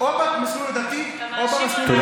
או במסלול הדתי או במסלול האזרחי.